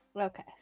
Okay